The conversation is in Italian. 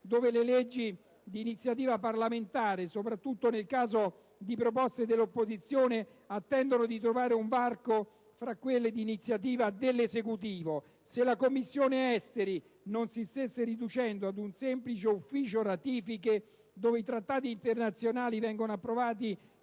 dove le leggi di iniziativa parlamentare, soprattutto nel caso di proposte dell'opposizione, attendono di trovare un varco fra quelle di iniziativa dell'Esecutivo; se la Commissione esteri non si stesse riducendo ad un semplice ufficio ratifiche, dove i trattati internazionali vengono approvati